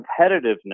competitiveness